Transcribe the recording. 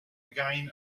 again